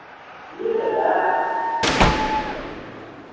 मिल जेतै